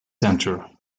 center